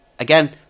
Again